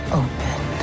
open